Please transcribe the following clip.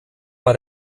bei